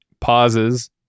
Pauses